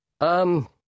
Um